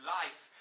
life